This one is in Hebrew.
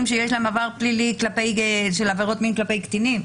שיש להם עבר פלילי של עבירות מין כלפי קטינים?